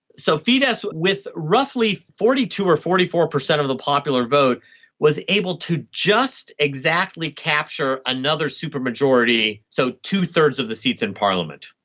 so fidesz with roughly forty two percent or forty four percent of the popular vote was able to just exactly capture another supermajority, so two-thirds of the seats in parliament.